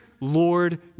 Lord